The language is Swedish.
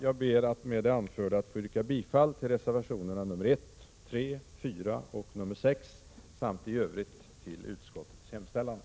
Jag ber att med det anförda få yrka bifall till reservationerna nr 1, 3, 4 och 6 samt i övrigt till utskottets hemställan.